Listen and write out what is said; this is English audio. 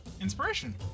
Inspiration